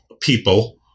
people